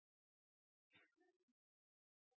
takk.